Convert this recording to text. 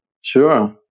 Sure